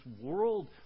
world